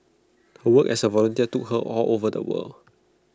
her work as A volunteer took her all over the world